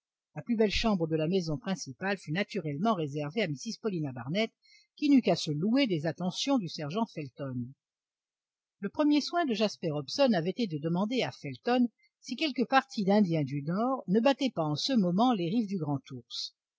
la plus belle chambre de la maison principale fut naturellement réservée à mrs paulina barnett qui n'eut qu'à se louer des attentions du sergent felton le premier soin de jasper hobson avait été de demander à felton si quelque parti d'indiens du nord ne battait pas en ce moment les rives du grand ours